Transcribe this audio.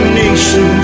nation